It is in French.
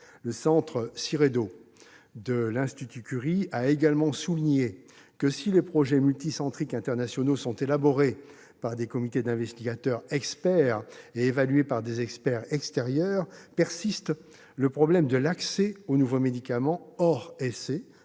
Le centre SIREDO de l'Institut Curie a également souligné que, si les projets multicentriques internationaux sont élaborés par des comités d'investigateurs experts et évalués par des experts extérieurs, persiste le problème de l'accès aux nouveaux médicaments hors essai,